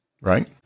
right